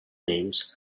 names